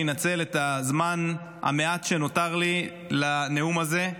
אני אנצל את הזמן המועט שנותר לי לנאום הזה,